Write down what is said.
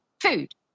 food